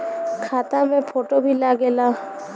खाता मे फोटो भी लागे ला?